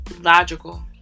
logical